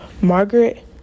Margaret